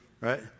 Right